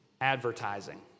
advertising